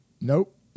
Nope